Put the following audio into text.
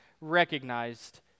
recognized